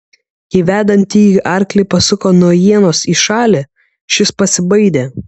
kai vedantįjį arklį pasuko nuo ienos į šalį šis pasibaidė